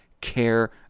care